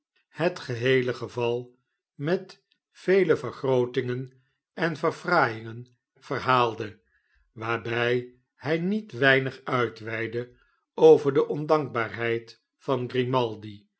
het geheele geval met vele vergrootingen en verfraaiingen verhaalde waarbij hij niet weinig uitweidde over de ondankbaarheid van